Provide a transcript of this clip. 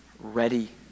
ready